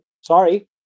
sorry